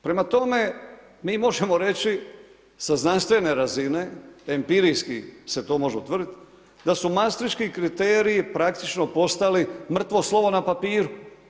Prema tome, mi možemo reći sa znanstvene razine empirijski se to može utvrditi da su mastriški kriteriji praktično postali mrtvo slovo na papiru.